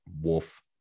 Wolf